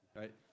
right